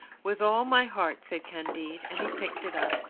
with all my heart, said candide. and he picked it up.